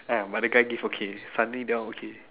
yeah other guy give okay finally that one okay